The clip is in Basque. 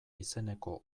izeneko